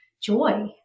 joy